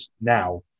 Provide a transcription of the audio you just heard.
now